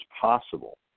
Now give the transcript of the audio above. possible